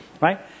right